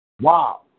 Wow